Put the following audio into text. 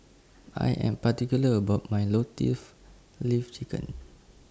I Am particular about My Leaf Chicken